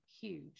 huge